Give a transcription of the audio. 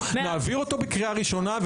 נעביר אותו בקריאה ראשונה.